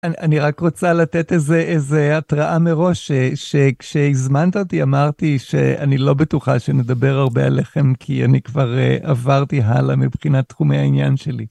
אני רק רוצה לתת איזה התראה מראש שכשהזמנת אותי, אמרתי שאני לא בטוחה שנדבר הרבה עליכם כי אני כבר עברתי הלאה מבחינת תחומי העניין שלי.